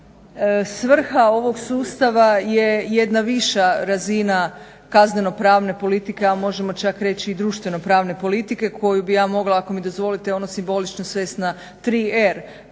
svrha ovog sustava je jedna viša razina kazneno-pravne politike, a možemo čak reći i društveno-pravne politike koju bi ja mogla ako mi dozvolite ono simbolično svesti na tri R.